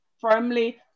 firmly